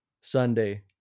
Sunday